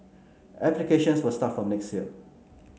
applications will start from next year